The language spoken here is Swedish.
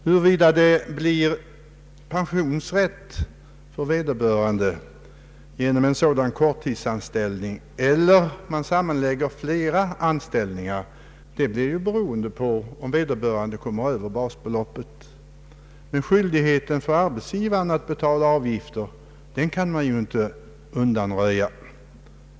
Huruvida en sådan korttidsanställning medför pensionsrätt eller om vederbörande för pensionsrätt måste lägga samman flera anställningar blir beroende av om den anställdes inkomst överstiger basbeloppet. Skyldigheten för arbetsgivaren att betala avgift kan inte undanröjas.